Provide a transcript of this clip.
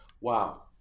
Wow